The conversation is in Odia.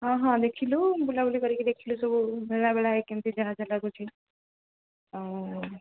ହଁ ହଁ ଦେଖିଲୁ ବୁଲାବୁଲି କରିକି ଦେଖିଲୁ ସବୁ ବେଳା ବେଳା କେମିତି ଯାହାଜ ଲାଗୁଛି ଆଉ